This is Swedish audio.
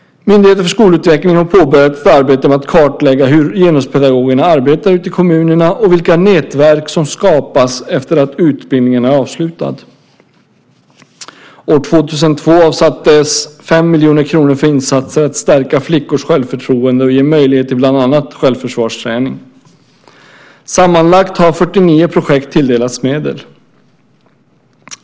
Myndigheten för skolutveckling har påbörjat ett arbete med att kartlägga hur genuspedagogerna arbetar ute i kommunerna och vilka nätverk som skapats efter att utbildningen är avslutad. År 2002 avsattes 5 miljoner kronor för insatser för att stärka flickors självförtroende och ge möjlighet till bland annat självförsvarsträning. Sammanlagt har 49 projekt tilldelats medel.